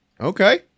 Okay